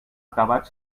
acabat